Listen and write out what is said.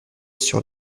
sur